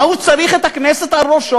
מה הוא צריך את הכנסת על ראשו?